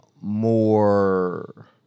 more